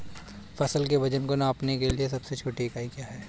फसल के वजन को नापने के लिए सबसे छोटी इकाई क्या है?